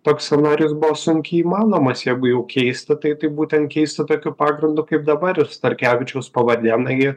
toks scenarijus buvo sunkiai įmanomas jeigu jau keisti tai tai būtent keisti tokiu pagrindu kaip dabar starkevičiaus pavardė na ji